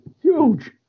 huge